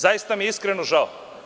Zaista mi je iskreno žao.